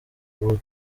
ubu